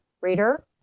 reader